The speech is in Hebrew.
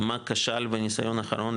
מה כשל בניסיון האחרון,